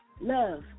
Love